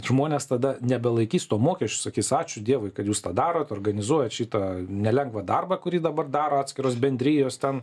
žmonės tada nebelaikys to mokesčiu sakys ačiū dievui kad jūs tą darot organizuojat šitą nelengvą darbą kurį dabar daro atskiros bendrijos ten